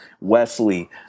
Wesley